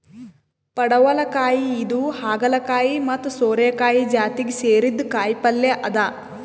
ಪಡವಲಕಾಯಿ ಇದು ಹಾಗಲಕಾಯಿ ಮತ್ತ್ ಸೋರೆಕಾಯಿ ಜಾತಿಗ್ ಸೇರಿದ್ದ್ ಕಾಯಿಪಲ್ಯ ಅದಾ